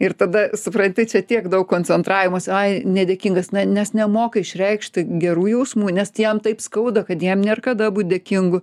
ir tada supranti čia tiek daug koncentravimosi ai nedėkingas nes nemoka išreikšti gerų jausmų nes ti jam taip skauda kad jam nėr kada būt dėkingu